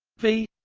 v